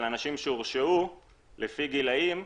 האנשים שהורשעו לפי גילאים,